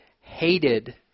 hated